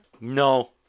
No